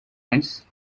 antes